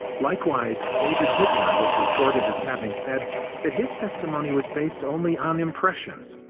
likewise, david whitmer was reported as having said that his testimony was based only on impressions.